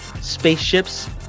spaceships